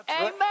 Amen